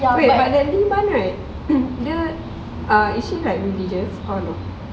wait but right dia is she like religious